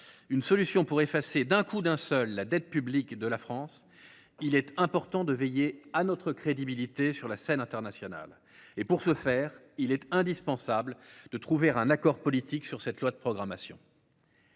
une solution pour effacer, d’un coup, d’un seul, la dette publique de la France, il est important de veiller à notre crédibilité sur la scène internationale. Pour ce faire, il est indispensable de trouver un accord politique sur cette loi de programmation.